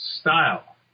style